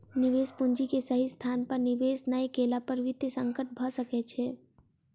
निवेश पूंजी के सही स्थान पर निवेश नै केला पर वित्तीय संकट भ सकै छै